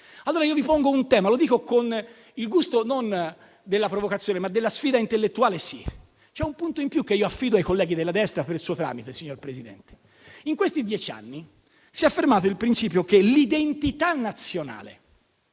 direzione. Vi pongo un tema, ve lo dico con il gusto non della provocazione, ma della sfida intellettuale. C'è un punto in più che affido ai colleghi della destra per il suo tramite, signor Presidente: in questi dieci anni si è consolidato il principio che l'identità nazionale